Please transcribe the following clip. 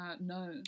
no